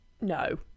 No